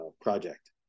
project